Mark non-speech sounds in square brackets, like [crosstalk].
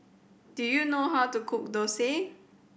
do you know how to cook [unintelligible]